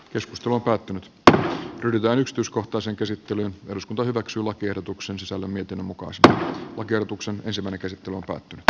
joskus tuo kaatunutta ry tähystyskohtaisen käsittely eduskunta hyväksyi lakiehdotuksensa lemmetyn mukaan spr oikeutuksen esimerkiksi tuloverot valitettavasti